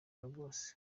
lagos